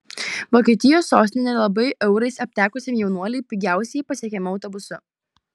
vokietijos sostinė nelabai eurais aptekusiam jaunuoliui pigiausiai pasiekiama autobusu